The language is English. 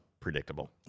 Predictable